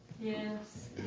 Yes